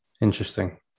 Interesting